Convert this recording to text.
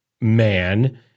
man –